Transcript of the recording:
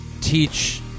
teach